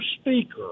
speaker